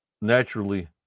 naturally